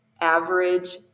average